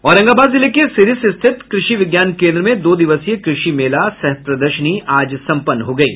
औरंगाबाद जिले के सिरिस स्थित कृषि विज्ञान केन्द्र में दो दिवसीय कृषि मेला सह प्रदर्शनी आज संपन्न हो गयी